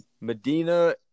Medina